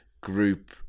group